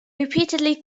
repeatedly